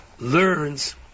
learns